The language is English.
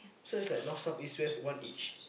so it's like North South East West one each